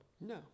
no